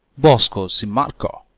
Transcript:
bosko chimurcho.